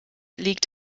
liegt